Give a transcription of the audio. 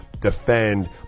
defend